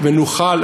ונוכל,